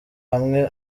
hamwe